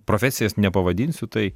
profesijos nepavadinsiu